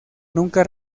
nunca